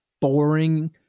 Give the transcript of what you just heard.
boring